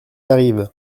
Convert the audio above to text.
arrivent